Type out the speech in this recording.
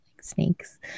snakes